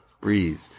breathe